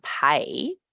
pay